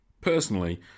Personally